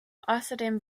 außerdem